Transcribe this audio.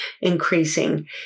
increasing